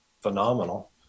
phenomenal